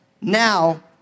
now